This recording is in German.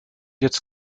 jetzt